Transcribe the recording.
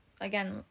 again